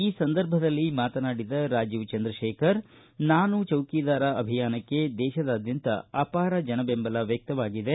ಈ ಸಂದರ್ಭದಲ್ಲಿ ಮಾತನಾಡಿದ ರಾಜೀವ ಚಂದ್ರಶೇಖರ ನಾನು ಚೌಕಿದಾರ್ ಅಭಿಯಾನಕ್ಕೆ ದೇಶದಾದ್ಯಂತ ಅಪಾರ ಜನ ಬೆಂಬಲ ವ್ಯಕ್ತವಾಗಿದೆ